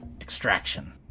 extraction